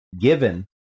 given